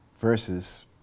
verses